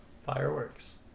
Fireworks